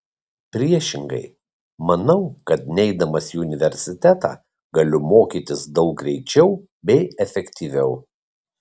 priešingai manau kad neidamas į universitetą galiu mokytis daug greičiau bei efektyviau